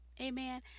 amen